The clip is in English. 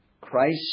Christ